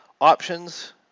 options